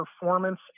performance